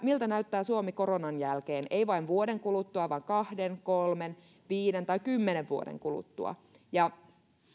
miltä näyttää suomi koronan jälkeen ei vain vuoden kuluttua vaan kahden kolmen viiden tai kymmenen vuoden kuluttua ja